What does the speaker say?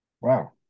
Wow